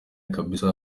kabisa